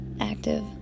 active